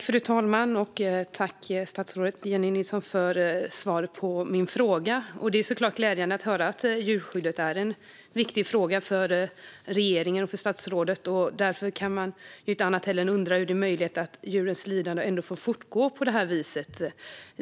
Fru talman! Tack, statsrådet, för svaret på min fråga! Det är såklart glädjande att höra att djurskyddet är en viktig fråga för regeringen och för statsrådet. Därför kan man inte annat än undra hur det är möjligt att djurens lidande ändå får fortgå på detta vis.